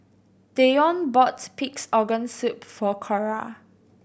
Deion bought Pig's Organ Soup for Cora